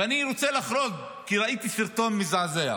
ואני רוצה לחרוג, כי ראיתי סרטון מזעזע.